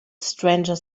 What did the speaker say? stranger